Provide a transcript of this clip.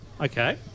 okay